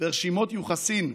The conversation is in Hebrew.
ורשימות יוחסין.